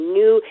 new